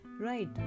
Right